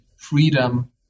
freedom